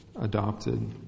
adopted